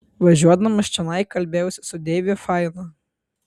važiuodamas čionai kalbėjausi su deiviu fainu